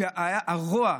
שהרוע,